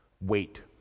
WAIT